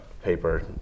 paper